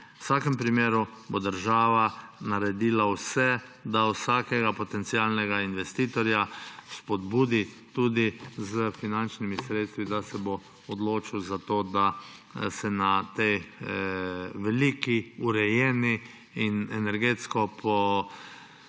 V vsakem primeru bo država naredila vse, da vsakega potencialnega investitorja spodbudi tudi s finančnimi sredstvi, da se bo odločil za to, da se na tej veliki, urejeni in energetsko urejeni